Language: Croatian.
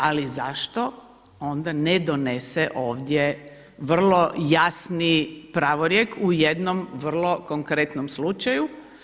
Ali zašto onda ne donese ovdje vrlo jasni pravorijek u jednom vrlo konkretnom slučaju.